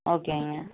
ஓகேங்க